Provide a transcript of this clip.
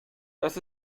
das